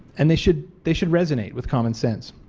and they should they should resonate with common sense.